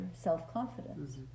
self-confidence